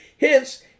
Hence